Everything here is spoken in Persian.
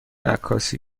عکاسی